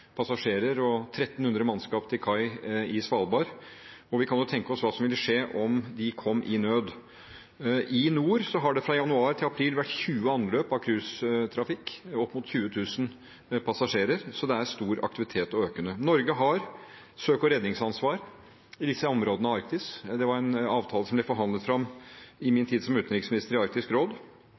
og 1 300 mannskap til kai på Svalbard, og vi kan jo tenke oss hva som ville skje om de kom i nød. I nord har det fra januar til april vært 20 anløp av cruisetrafikk, opp mot 20 000 passasjer, så det er stor aktivitet, og den er økende. Norge har søk- og redningsansvar i disse områdene av Arktis. Det var en avtale som ble forhandlet fram i Arktisk råd i min tid som utenriksminister.